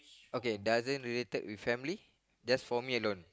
okay doesn't related with family just for me alone